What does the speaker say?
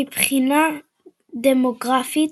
מבחינה דמוגרפית,